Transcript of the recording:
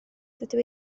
dydw